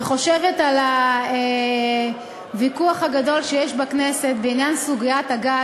וחושבת על הוויכוח הגדול שיש בכנסת בעניין סוגיית הגז,